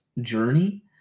journey